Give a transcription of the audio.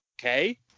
okay